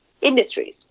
industries